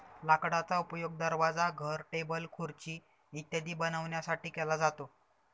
लाकडाचा उपयोग दरवाजा, घर, टेबल, खुर्ची इत्यादी बनवण्यासाठी केला जातो